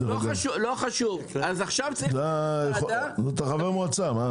לא חשוב, אז עכשיו --- אתה חבר מועצה מה?